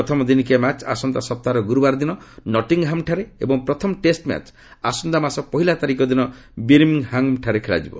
ପ୍ରଥମ ଦିନିକିଆ ମ୍ୟାଚ୍ ଆସନ୍ତା ସପ୍ତାହର ଗୁରୁବାର ଦିନ ନଟିଙ୍ଗ୍ହାମ୍ଠାରେ ଏବଂ ପ୍ରଥମ ଟେଷ୍ଟ ମ୍ୟାଚ୍ ଆସନ୍ତା ମାସ ପହିଲା ତାରିଖ ଦିନ ବିର୍ମିଙ୍ଗ୍ହାମ୍ଠାରେ ଖେଳାଯିବ